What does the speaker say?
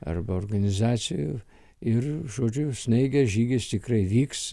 arba organizacijų ir žodžiu snaigės žygis tikrai vyks